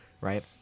right